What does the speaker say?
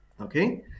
okay